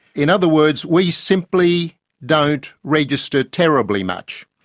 in other words, we simply don't register terribly much.